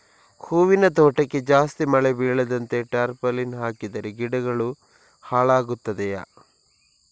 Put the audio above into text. ಹೂವಿನ ತೋಟಕ್ಕೆ ಜಾಸ್ತಿ ಮಳೆ ಬೀಳದಂತೆ ಟಾರ್ಪಾಲಿನ್ ಹಾಕಿದರೆ ಗಿಡಗಳು ಹಾಳಾಗುತ್ತದೆಯಾ?